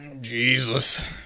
Jesus